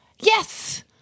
Yes